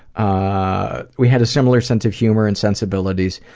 ah we had a similar sense of humor and sensibilities,